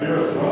הגיע הזמן?